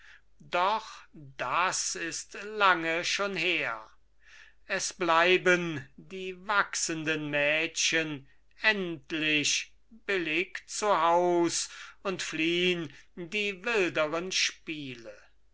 doch das ist lange schon her es bleiben die wachsenden mädchen endlich billig zu haus und fliehn die wilderen spiele